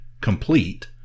complete